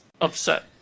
upset